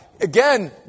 again